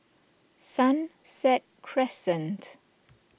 Sunset Crescent